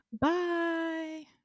Bye